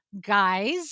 guys